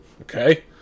Okay